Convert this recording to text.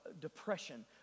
depression